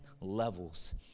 levels